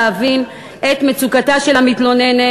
להבין את מצוקתה של המתלוננת,